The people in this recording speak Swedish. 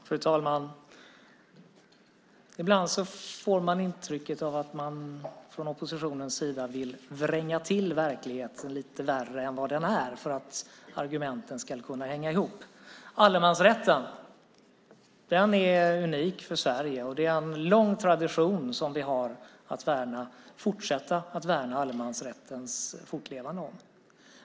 Fru talman! Ibland får man intrycket att man från oppositionens sida vill vränga till verkligheten lite värre än vad den är för att argumenten ska kunna hänga ihop. Allemansrätten är unik för Sverige. Det är en lång tradition, och vi har att fortsätta att värna allemansrättens fortlevande.